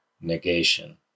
negation